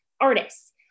artists